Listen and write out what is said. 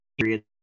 period